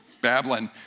babbling